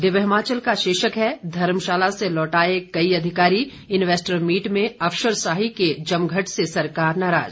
दिव्य हिमाचल का शीर्षक है धर्मशाला से लौटाए कई अधिकारी इंवेस्टर मीट में अफसरशाही के जमघट से सरकार नाराज